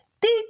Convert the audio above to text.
Dig